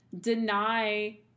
deny